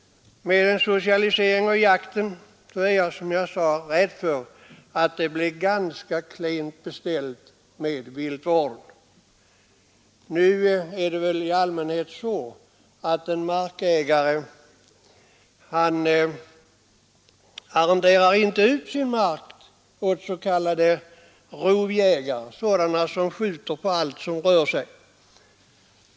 Med en socialisering av jakten är jag, som jag sade, rädd för att det blir ganska klent beställt med viltvården. Nu är det väl i allmänhet så, att en markägare inte arrenderar ut sin mark åt s.k. rovjägare, dvs. sådana som skjuter på allt som rör sig.